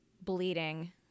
bleeding